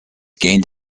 gained